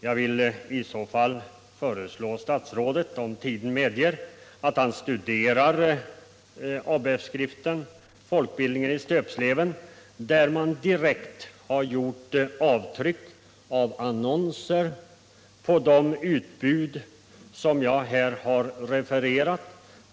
Jag vill i så fall föreslå statsrådet att han, om tiden medger det, - Om den kommunastuderar ABF-skriften Folkbildningen i stöpsleven, där man återgivit an — la vuxenutbildningnonser om det utbud som jag här har refererat.